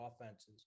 offenses